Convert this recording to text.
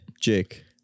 Jake